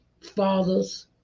fathers